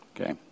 Okay